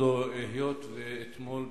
היות שאתמול,